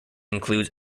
includes